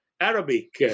Arabic